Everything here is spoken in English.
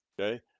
okay